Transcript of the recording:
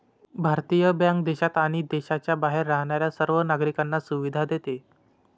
भारतीय बँक देशात आणि देशाच्या बाहेर राहणाऱ्या सर्व नागरिकांना सुविधा देते